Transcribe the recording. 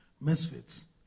misfits